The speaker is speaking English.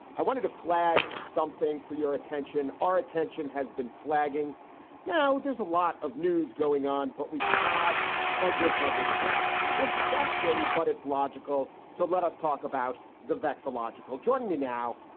i wanted to flag something for your attention, our attention has been flagging now there's a lot of news going on, but we have under covered flags. it's vexing, but it's logical. so let us talk about the facts. illogical. joining me now,